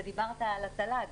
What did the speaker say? דיברת על התל"ג,